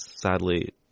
sadly